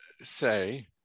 say